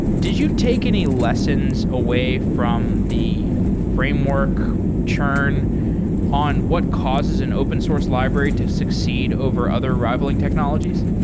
did you take any lessons away from the framework churn on what causes an open source library to succeed over other rivaling technologies?